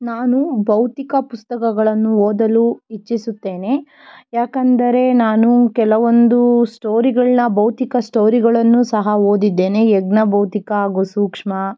ನಾನು ಭೌತಿಕ ಪುಸ್ತಕಗಳನ್ನು ಓದಲು ಇಚ್ಚಿಸುತ್ತೇನೆ ಯಾಕಂದರೆ ನಾನು ಕೆಲವೊಂದು ಸ್ಟೋರಿಗಳನ್ನು ಭೌತಿಕ ಸ್ಟೋರಿಗಳನ್ನು ಸಹ ಓದಿದ್ದೇನೆ ಯಜ್ಞ ಭೌತಿಕ ಹಾಗೂ ಸೂಕ್ಷ್ಮ